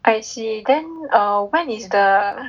I see then err when is the